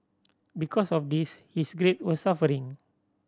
because of this his grade were suffering